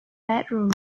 bedroom